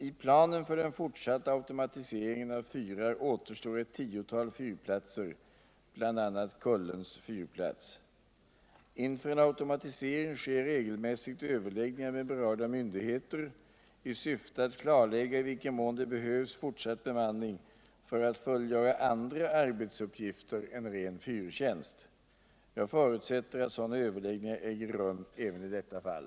I planen för den fortsatta automatiseringen av fyrar återstår ett tiotal fyrplatser, bl.a. Kullens fyrplats. Inför en automatisering sker regelmässigt överläggningar med berörda myndigheter i syfte att klarlägga t vilken mån det behövs fortsatt bemanning för att fullgöra andra arbetsuppgifter än ren fyrtjänst. Jag förutsätter att sådana överläggningar äger rum även i detta fall.